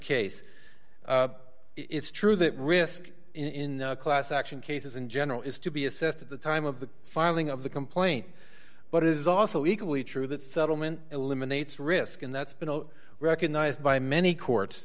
case it's true that risk in a class action cases in general is to be assessed at the time of the filing of the complaint but it is also equally true that settlement eliminates risk and that's been all recognized by many court